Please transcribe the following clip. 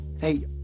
Hey